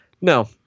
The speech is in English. no